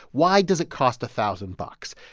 why does it cost a thousand bucks?